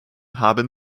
haben